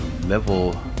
level